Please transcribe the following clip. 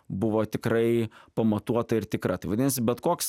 buvo tikrai pamatuota ir tikra tai vadinasi bet koks